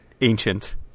ancient